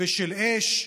ושל אש,